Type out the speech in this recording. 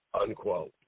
unquote